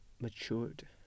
matured